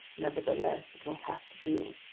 nevertheless, it will have to do!